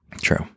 True